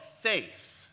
faith